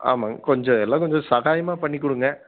ஆமாங்க கொஞ்சம் எல்லா கொஞ்சம் சகாயமாக பண்ணிக்கொடுங்க